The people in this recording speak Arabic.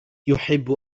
يحب